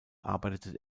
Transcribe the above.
arbeitete